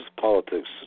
politics